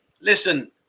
listen